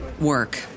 work